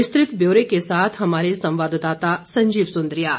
विस्तृत ब्यौरे के साथ हमारे संवाददाता संजीव सुंद्रियाल